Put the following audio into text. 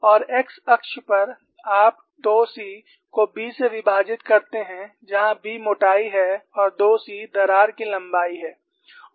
और x अक्ष पर आप 2c को B से विभाजित करते हैं जहां B मोटाई है और 2c दरार की लंबाई है